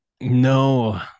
No